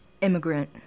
Immigrant